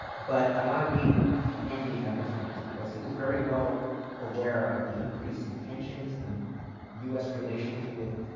but i want to read the ending of his minutes, because he was very well aware of the increasing tensions in u s. relations with